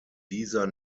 dieser